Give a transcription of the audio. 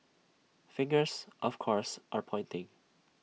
fingers of course are pointing